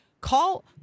call